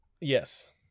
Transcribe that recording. Yes